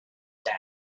dam